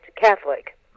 Catholic